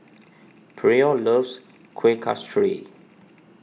Pryor loves Kuih Kasturi